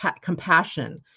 compassion